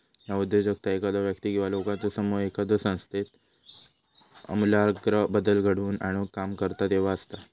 ह्या उद्योजकता एखादो व्यक्ती किंवा लोकांचो समूह एखाद्यो संस्थेत आमूलाग्र बदल घडवून आणुक काम करता तेव्हा असता